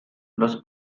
los